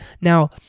now